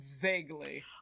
Vaguely